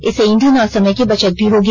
इससे ईंधन और समय की बचत भी होगी